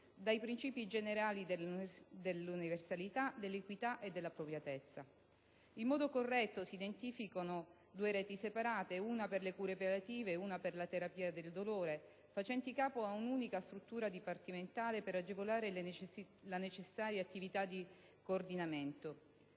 dai principi generali dell'universalità, dell'equità e dell'appropriatezza. In modo corretto, si identificano due reti separate, una per le cure palliative e una per la terapia del dolore, facenti capo ad un'unica struttura dipartimentale, per agevolare la necessaria attività di coordinamento.